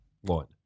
One